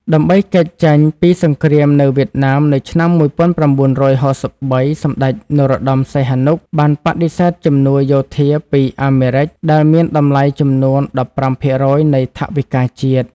ដើម្បីគេចចេញពីសង្រ្គាមនៅវៀតណាមនៅឆ្នាំ១៩៦៣ សម្តេច នរោមសីហនុបានបដិសេធជំនួយយោធាពី អាមេរិក ដែលមានតម្លៃចំនួន១៥ភាគរយនៃថវិកាជាតិ។